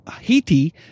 Haiti